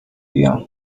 بیام